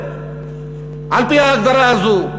על-פי ההגדרה הזאת.